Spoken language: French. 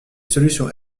solutions